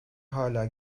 hala